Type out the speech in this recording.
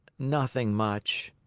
nothing much,